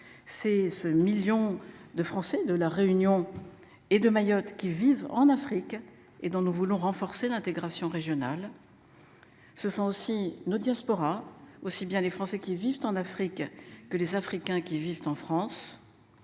ces ce millions de Français de la Réunion et de Mayotte qui vivent en Afrique et dont nous voulons renforcer l'intégration régionale. Ce sont aussi nos diasporas aussi bien les Français qui vivent en Afrique que les Africains qui vivent en France.